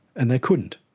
and they couldn't.